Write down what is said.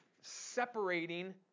separating